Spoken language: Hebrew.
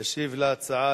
ישיב על ההצעה,